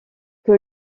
que